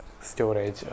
storage